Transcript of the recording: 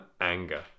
anger